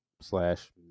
slash